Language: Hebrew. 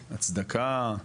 הצדקה,